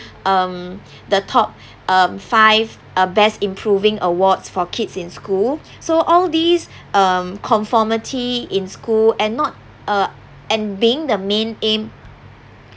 um the top um five best improving awards for kids in school so all these um conformity in school and not uh and being the main aim